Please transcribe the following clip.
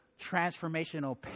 transformational